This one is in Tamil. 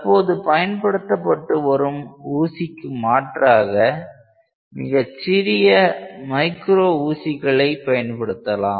தற்போது பயன்படுத்தப்பட்டு வரும் ஊசிக்கு மாற்றாக மிகச்சிறிய மைக்ரோ ஊசிகளை பயன்படுத்தலாம்